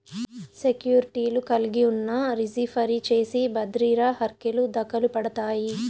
సెక్యూర్టీలు కలిగున్నా, రిజీ ఫరీ చేసి బద్రిర హర్కెలు దకలుపడతాయి